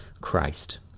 Christ